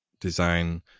design